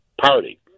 party